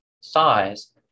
size